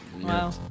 Wow